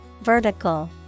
Vertical